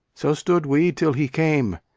so stood we till he came,